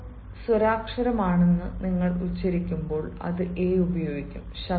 ശബ്ദം സ്വരാക്ഷരമാണെന്ന് നിങ്ങൾ ഉച്ചരിക്കുമ്പോൾ അത് a ഉപയോഗിക്കും